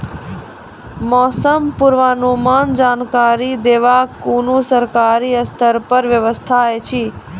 मौसम पूर्वानुमान जानकरी देवाक कुनू सरकारी स्तर पर व्यवस्था ऐछि?